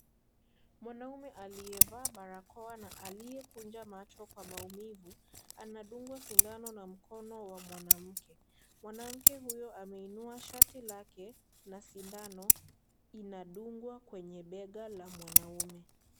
Mwanaume aliyevaa barakoa na aliyekunja macho kwa maumivu anadungwa sindano na mkono wa mwanamke. Mwanamke huyo ameinua shati lake na sindano inadungwa kwenye bega la mwanaume.